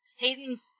Haydens